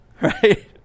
right